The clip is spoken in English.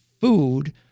food